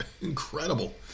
Incredible